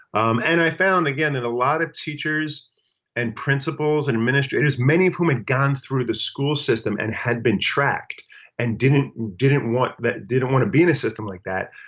um and i found again that a lot of teachers and principals and administrators many of whom had gone through the school system and had been tracked and didn't didn't want that didn't want to be in a system like that.